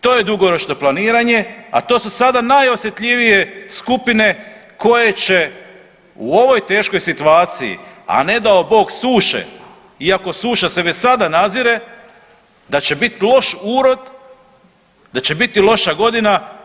To je dugoročno planiranje, a to su sada najosjetljivije skupine koje će u ovoj teškoj situaciji, a ne dao Bog suše i ako već suša se već sada nazire, da će bit loš urod, da će biti loša godina.